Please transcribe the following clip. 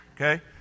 Okay